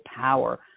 power